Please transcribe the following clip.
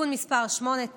(תיקון מס' 8),